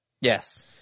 Yes